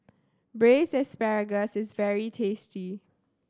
Braised Asparagus is very tasty